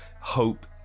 hope